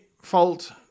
fault